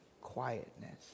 Quietness